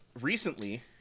recently